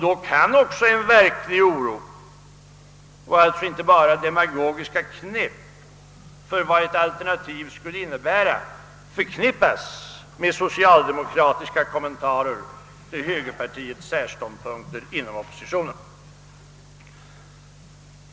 Då kan också en verklig oro — och alltså inte bara demagogiska knep — för vad ett alternativ skulle innebära förknippas med socialdemokratiska kommentarer till högerpartiets särståndpunkter inom oppositionen.